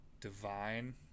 divine